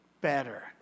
better